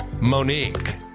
Monique